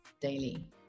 daily